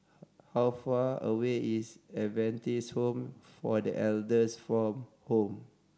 how far away is Adventist Home for The Elders from home